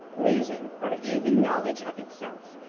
reason, or even knowledge of itself.